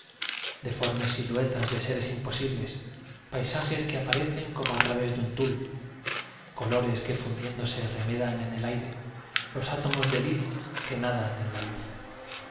deformes siluetas de seres imposibles paisajes que aparecen como á través de un tul colores que fundiéndose remedan en el aire los átomos del iris que nadan en la luz